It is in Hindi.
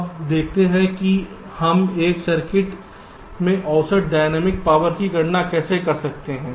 अब देखते हैं कि हम एक सर्किट में औसत डायनेमिक पावर की गणना कैसे कर सकते हैं